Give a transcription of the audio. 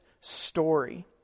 story